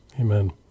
Amen